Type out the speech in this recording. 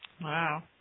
Wow